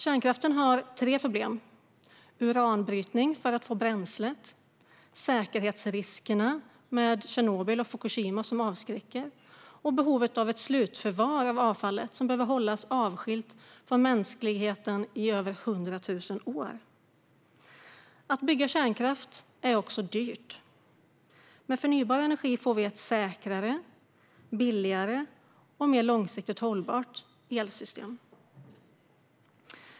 Kärnkraften har tre problem: uranbrytning för att få bränslet, säkerhetsrisker, med Tjernobyl och Fukushima som avskräcker, och behov av slutförvar av avfallet, som måste hållas avskilt från människor i över hundra tusen år. Att bygga kärnkraft är också dyrt. Med förnybar energi får vi ett säkrare, billigare och mer långsiktigt hållbart elsystem.